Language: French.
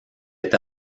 est